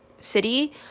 city